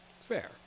Fair